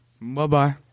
Bye-bye